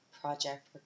project